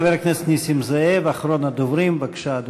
חבר הכנסת נסים זאב, אחרון הדוברים, בבקשה,